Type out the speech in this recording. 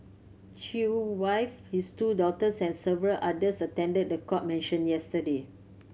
Chew wife his two daughters and several others attended the court mention yesterday